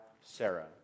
Sarah